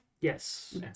Yes